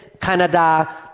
Canada